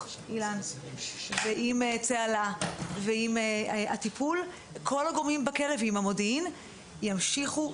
ועם צהלה ועם הטיפול ועם המודיעין ימשיכו,